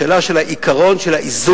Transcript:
השאלה של העיקרון של האיזון,